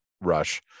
rush